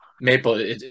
Maple